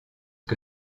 que